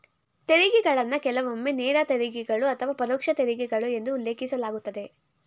ತೆರಿಗೆಗಳನ್ನ ಕೆಲವೊಮ್ಮೆ ನೇರ ತೆರಿಗೆಗಳು ಅಥವಾ ಪರೋಕ್ಷ ತೆರಿಗೆಗಳು ಎಂದು ಉಲ್ಲೇಖಿಸಲಾಗುತ್ತದೆ